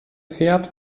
fährt